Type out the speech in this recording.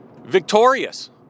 victorious